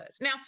Now